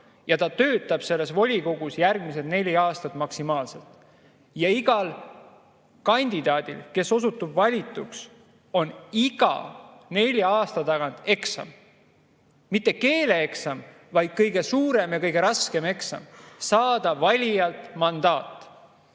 ja ta töötab selles volikogus järgmised neli aastat maksimaalselt. Ja igal kandidaadil, kes osutub valituks, on iga nelja aasta tagant eksam. Mitte keeleeksam, vaid kõige suurem ja kõige raskem eksam: saada valijalt mandaat.